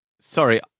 Sorry